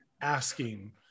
asking